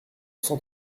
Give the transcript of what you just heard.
cent